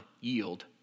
yield